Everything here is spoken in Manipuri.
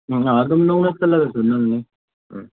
ꯎꯝ ꯑꯗꯨꯝ ꯅꯧꯅ ꯆꯜꯂꯒꯁꯨ ꯅꯪꯅꯤ ꯎꯝ